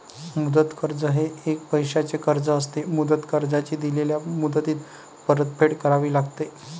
मुदत कर्ज हे एक पैशाचे कर्ज असते, मुदत कर्जाची दिलेल्या मुदतीत परतफेड करावी लागते